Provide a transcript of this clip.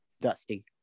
Dusty